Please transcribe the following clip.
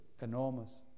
enormous